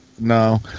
no